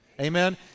Amen